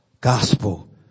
gospel